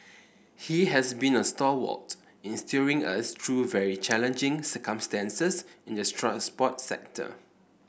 he has been a stalwart in steering us through very challenging circumstances in the transport sector